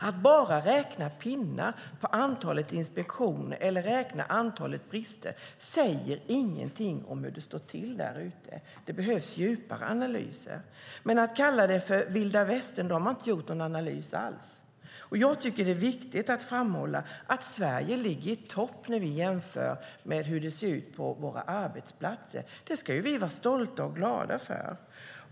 Att bara räkna pinnar, antalet inspektioner eller antalet brister, säger inget om hur det står till därute, utan det behövs djupare analyser. Om man kallar det vilda västern har man inte gjort någon analys alls. Jag tycker att det är viktigt att framhålla att Sverige ligger i topp när vi jämför med hur det ser ut på våra arbetsplatser. Det ska vi vara stolta och glada för.